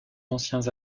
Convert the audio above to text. anciens